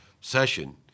session